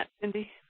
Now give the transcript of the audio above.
Cindy